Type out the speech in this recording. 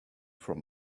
from